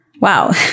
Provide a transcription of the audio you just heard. Wow